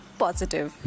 positive